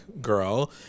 girl